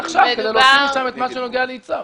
עכשיו כדי להוציא משם את מה שנוגע ליצהר.